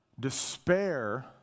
Despair